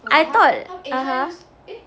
I thought